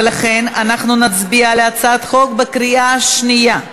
ולכן אנחנו נצביע על הצעת החוק בקריאה שנייה.